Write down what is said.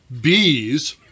bees